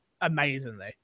amazingly